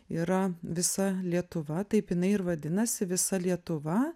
yra visa lietuva taip jinai ir vadinasi visa lietuva